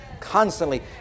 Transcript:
constantly